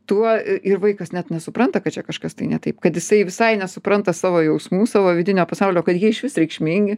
tuo ir vaikas net nesupranta kad čia kažkas tai ne taip kad jisai visai nesupranta savo jausmų savo vidinio pasaulio kad jie išvis reikšmingi